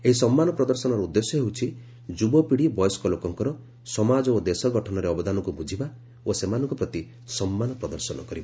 ଏହି ସମ୍ମାନ ପ୍ରଦର୍ଶନର ଉଦ୍ଦେଶ୍ୟ ହେଉଛି ଯୁବପିଢ଼ି ବୟସ୍କ ଲୋକଙ୍କର ସମାଜ ଓ ଦେଶ ଗଠନରେ ଅବଦାନକୁ ବୁଝିବା ଏବଂ ସେମାନଙ୍କ ପ୍ରତି ସମ୍ମାନ ପ୍ରଦର୍ଶନ କରିବା